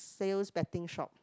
sales betting shop